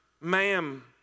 ma'am